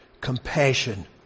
Compassion